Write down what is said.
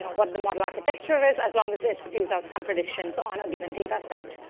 you know what the model architecture is, as long as it spews out some predictions on a given data set.